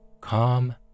calm